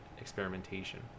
experimentation